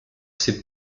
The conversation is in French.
ses